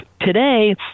today